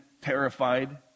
terrified